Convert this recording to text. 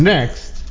Next